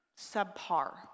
subpar